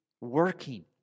working